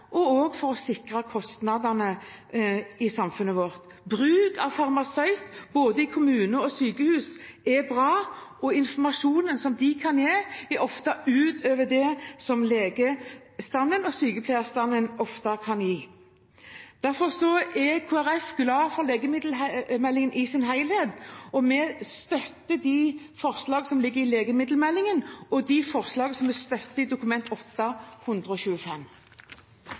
og også for å sikre kostnadene i samfunnet vårt. Bruk av farmasøyt i både kommune og sykehus er bra. Informasjonen som de kan gi, er ofte utover det som legestanden og sykepleierstanden kan gi. Kristelig Folkeparti er glad for legemiddelmeldingen i sin helhet, og jeg tar opp det forslaget som vi er med på i innstillingen til legemiddelmeldingen, og de forslag som vi er med på i innstillingen til Dokument